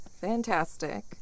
Fantastic